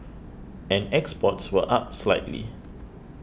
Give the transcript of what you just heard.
and exports were up slightly